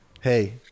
Hey